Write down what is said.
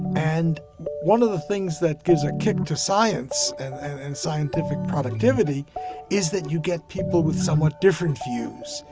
and one of the things that gives a kick to science and scientific productivity is that you get people with somewhat different views,